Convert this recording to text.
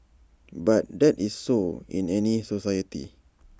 but that is so in any society